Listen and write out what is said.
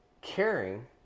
caring